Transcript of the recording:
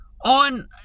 on